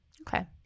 Okay